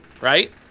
right